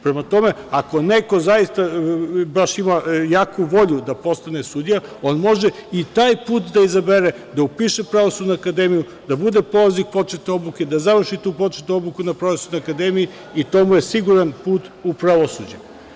Prema tome, ako neko zaista ima baš jaku volju da postane sudija, on može i taj put da izabere, da upiše Pravosudnu akademiju, da bude polaznik početne obuke, da završi tu početnu obuku na Pravosudnoj akademiji i to mu je siguran put u pravosuđe.